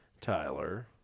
Tyler